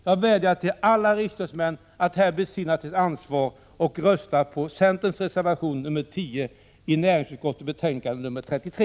Jag vädjar alltså till alla riksdagsmän att besinna sitt ansvar och rösta för centerns reservation 10 i näringsutskottets betänkande 33.